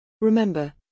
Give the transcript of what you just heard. Remember